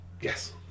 Yes